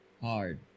Hard